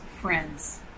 friends